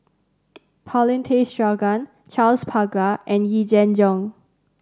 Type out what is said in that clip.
Paulin Tay Straughan Charles Paglar and Yee Jenn Jong